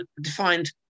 defined